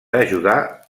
ajudar